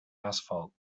asphalt